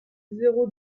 zéro